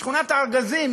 שכונת-הארגזים,